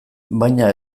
baina